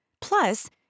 Plus